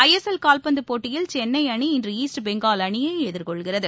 ஐ S L கால்பந்துபோட்டியில் சென்னைஅணி இன்றுஈஸ்ட் பெங்கால் அணியைஎதிர்கொள்கிறது